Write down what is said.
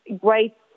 great